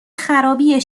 خرابی